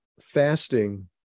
fasting